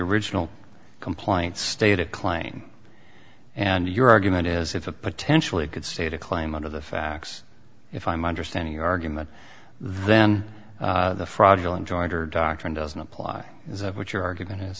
original compliant state a claim and your argument is if a potentially could state a claim under the facts if i'm understanding argument then the fraudulent jointer doctrine doesn't apply is that what your argument is